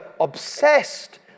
obsessed